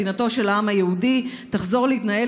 "מדינתו של העם היהודי תחזור להתנהל